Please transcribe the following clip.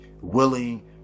willing